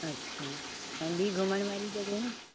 अच्छा ऐं ॿीं घुमण वारी जॻहयूं